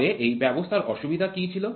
তবে এই ব্যবস্থার অসুবিধা কী ছিল